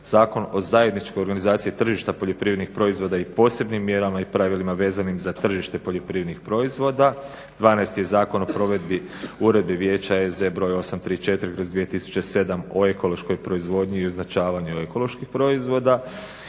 Zakon o zajedničkoj organizaciji tržišta poljoprivrednih proizvoda i posebnim mjerama i pravilima vezanim za tržište poljoprivrednih proizvoda. 12. je Zakon o provedbi Uredbe vijeća (EZ) BR. 834/2007 o ekološkoj proizvodnji i označavanju ekoloških proizvoda.